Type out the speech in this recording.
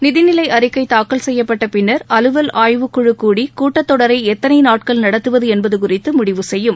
நிதிநிலை அறிக்கை தாக்கல் செய்யப்பட்ட பின்னர் அலுவல் அய்வுக்குழு கூடி கூட்டத்தொடரை எத்தனை நாட்கள் நடத்துவது என்பது குறித்து முடவு செய்யும்